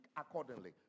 accordingly